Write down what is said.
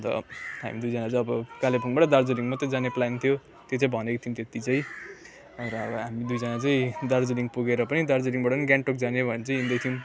अन्त हामी दुईजना चाहिँ अब कालेबुङबाट दार्जिलिङ मात्रै जाने प्लान थियो त्यो चाहिँ भनेको थियौँ त्यति चाहिँ र अब हामी दुईजना चाहिँ दार्जिलिङ पुगेर पनि दार्जिलिङबाट गान्तोक भनेर चाहिँ हिँड्दै थियौँ